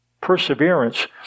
perseverance